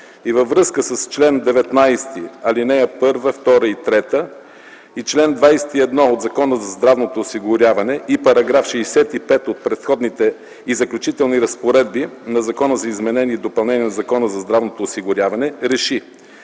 и във връзка с чл. 19, ал. 1, 2 и 3 и чл. 21 от Закона за здравното осигуряване и § 65 от Преходните и заключителните разпоредби на Закона за изменение и допълнение на Закона за здравното осигуряване,